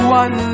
one